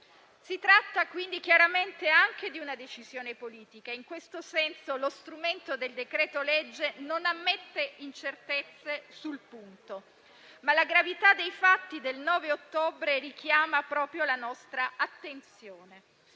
Si tratta chiaramente anche di una decisione politica. In questo senso, lo strumento del decreto-legge non ammette incertezze sul punto. La gravità dei fatti del 9 ottobre, però, richiama proprio la nostra attenzione.